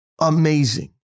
amazing